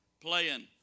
playing